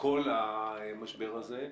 כל המשבר הזה.